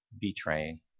betraying